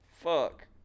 Fuck